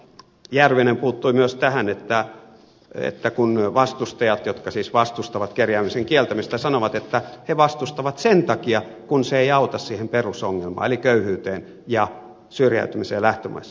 järvinen puuttui myös tähän että vastustajat jotka siis vastustavat kerjäämisen kieltämistä sanovat että he vastustavat sen takia kun se ei auta siihen perusongelmaan eli köyhyyteen ja syrjäytymiseen lähtömaissa